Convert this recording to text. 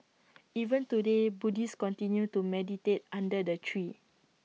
even today Buddhists continue to meditate under the tree